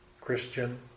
Christian